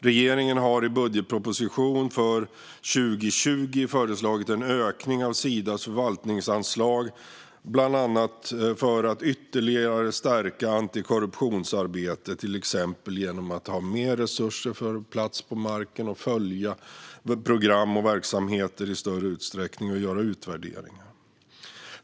Regeringen har i budgetpropositionen för 2020 föreslagit en ökning av Sidas förvaltningsanslag, bland annat för att ytterligare stärka antikorruptionsarbetet, till exempel genom att ha mer resurser på plats på marken och i större utsträckning följa program och verksamheter och göra utvärderingar.